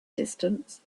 distance